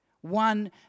one